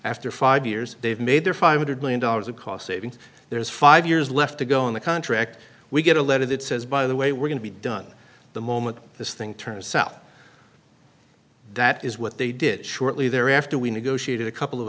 after five years they've made their five hundred million dollars of cost savings there's five years left to go in the contract we get a letter that says by the way we're going to be done the moment this thing turns out that is what they did shortly thereafter we negotiated a couple of